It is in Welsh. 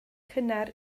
cynnar